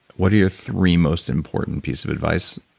what are your three most important pieces of advice?